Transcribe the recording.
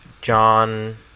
John